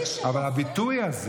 אבל הביטוי הזה